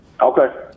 Okay